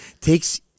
takes